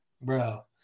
bro